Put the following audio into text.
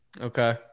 Okay